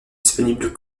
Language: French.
disponibles